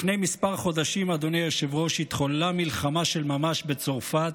לפני כמה חודשים התחוללה מלחמה של ממש בצרפת,